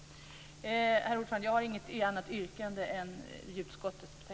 Jag har inget annat yrkande än utskottets.